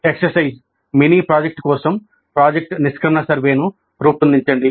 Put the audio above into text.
వ్యాయామం mini project కోసం project నిష్క్రమణ సర్వేను రూపొందించండి